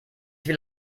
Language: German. will